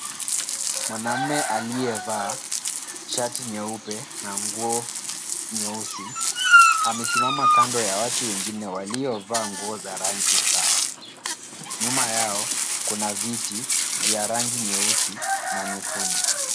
Mwanamme aliyevaa shati nyeupe na nguo nyeusi, amesimama kando ya watu wengine waliovaa nguo za rangi sawa. Nyuma yao kuna viti vya rangi nyeusi na nyekundu.